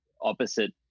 opposite